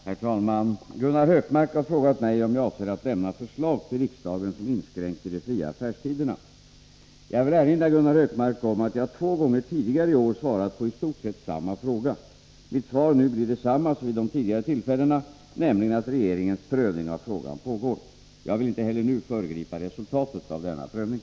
Herr talman! Gunnar Hökmark har frågat mig om jag avser att lämna förslag till riksdagen som inskränker de fria affärstiderna. Jag vill erinra Gunnar Hökmark om att jag två gånger tidigare i år svarat på i stort sett samma fråga. Mitt svar nu blir detsamma som vid de tidigare tillfällena, nämligen att regeringens prövning av frågan pågår. Jag vill inte heller nu föregripa resultatet av denna prövning.